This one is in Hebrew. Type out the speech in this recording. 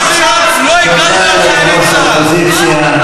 ביטחון, תודה ליושב-ראש האופוזיציה.